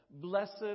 blessed